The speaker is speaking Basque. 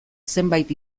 zenbait